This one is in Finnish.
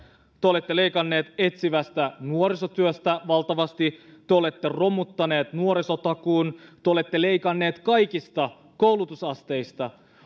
te olette leikanneet etsivästä nuorisotyöstä valtavasti te olette romuttaneet nuorisotakuun te olette leikanneet kaikista koulutusasteista